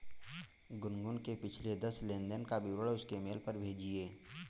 गुनगुन के पिछले दस लेनदेन का विवरण उसके मेल पर भेजिये